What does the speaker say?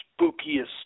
spookiest